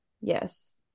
yes